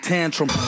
Tantrum